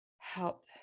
help